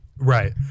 Right